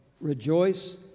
Rejoice